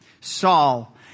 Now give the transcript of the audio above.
Saul